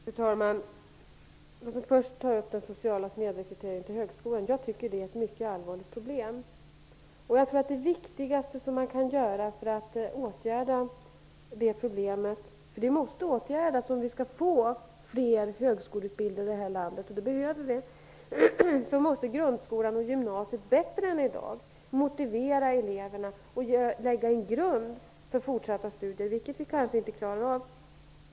Fru talman! Låt mig först ta upp den sociala snedrekryteringen till högskolan. Jag tycker att det är ett mycket allvarligt problem. Det måste åtgärdas om vi skall få fler högskoleutbildade i det här landet, och det behöver vi. Då måste grundskolan och gymnasiet bättre än i dag motivera eleverna och lägga en grund för fortsatta studier. Det klarar vi kanske inte av.